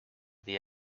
the